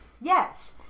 Yes